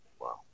Wow